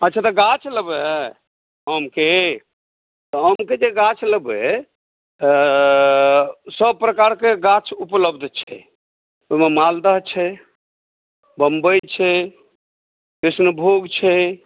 अच्छा तऽ गाछ लेबै आमके हम जे कहैत छी गाछ लेबै सभ प्रकारके गाछ उपलब्ध छै ओहिमे मालदह छै बम्बइ छै कृष्णभोग छै